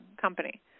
company